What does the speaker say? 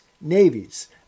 navies